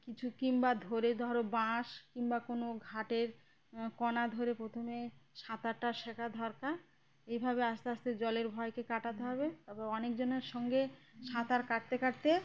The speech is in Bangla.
কিছু কিংবা ধরে ধরো বাঁশ কিংবা কোনো ঘাটের কোণা ধরে প্রথমে সাঁতারটা শেখা দরকার এভাবে আস্তে আস্তে জলের ভয়কে কাটাতে হবে তারপর অনেকজনের সঙ্গে সাঁতার কাটতে কাটতে